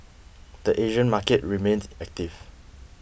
the Asian market remained active